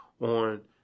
on